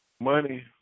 Money